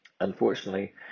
Unfortunately